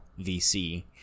VC